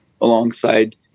alongside